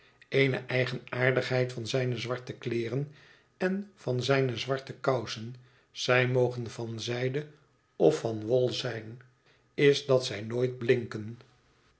eene eigenaardigheid van zijne zwarte kleeren en van zijne zwarte kousen zij mogen van zijde of van wol zijn is dat zij nooit blinken